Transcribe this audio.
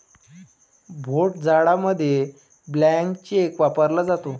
भोट जाडामध्ये blank cheque वापरला जातो